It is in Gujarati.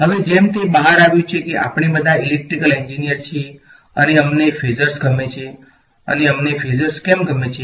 હવે જેમ તે બહાર આવ્યું છે કે આપણે બધા ઇલેક્ટ્રિકલ એન્જિનિયર છીએ અને અમને ફેઝર્સ ગમે છે અને અમને ફેઝર્સ કેમ ગમે છે